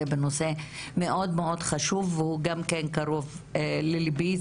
בנושא מאוד מאוד חשוב והוא גם כן קרוב לליבי.